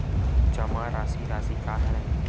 जमा राशि राशि का हरय?